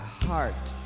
heart